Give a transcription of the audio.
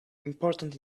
important